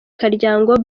karyango